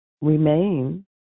remain